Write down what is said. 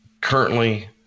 currently